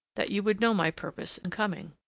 that you would know my purpose in coming.